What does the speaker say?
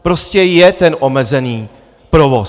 Prostě je omezený provoz.